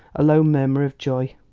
a low murmur of joy.